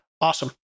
Awesome